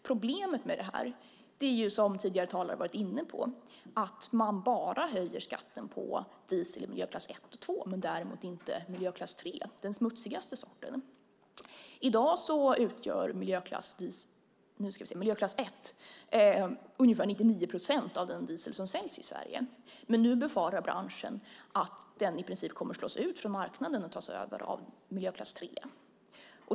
Problemet med detta är, som tidigare talare har varit inne på, att man bara höjer skatten på diesel i miljöklass 1 och 2, men däremot inte i miljöklass 3, den smutsigaste sorten. I dag utgör miljöklass 1 ungefär 99 procent av den diesel som säljs i Sverige. Nu befarar branschen att den i princip kommer att slås ut från marknaden och tas över av miljöklass 3.